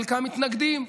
חלקם מתנגדים,